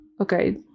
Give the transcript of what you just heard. Okay